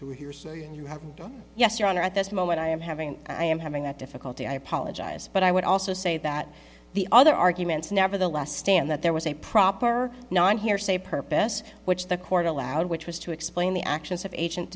to hear so you have yes your honor at this moment i am having i am having that difficulty i apologize but i would also say that the other arguments nevertheless stand that there was a proper or non hearsay purpose which the court allowed which was to explain the actions of agent